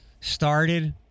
started